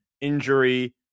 Injury